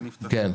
כן.